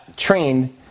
trained